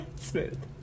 Smooth